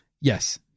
Yes